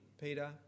peter